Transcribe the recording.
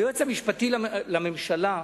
היועץ המשפטי לממשלה,